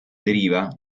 deriva